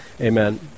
Amen